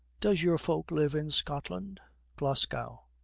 does your folk live in scotland glasgow.